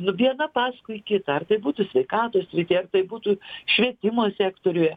nu viena paskui kitą ar tai būtų sveikatos srityje tai būtų švietimo sektoriuje